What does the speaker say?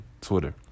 Twitter